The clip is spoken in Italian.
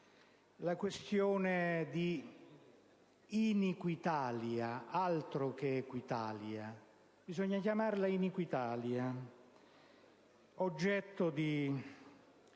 la questione di "Iniquitalia" (altro che Equitalia, bisogna chiamarla "Iniquitalia"), oggetto di